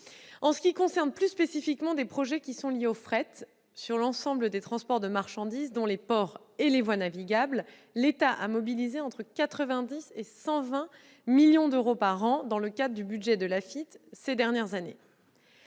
En ce qui concerne plus spécifiquement des projets liés au fret, sur l'ensemble des transports de marchandises, dont les ports et les voies navigables, l'État a mobilisé entre 90 millions et 120 millions d'euros par an dans le cadre du budget de l'Agence de financement